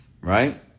right